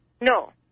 No